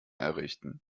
errichten